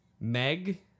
meg